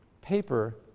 paper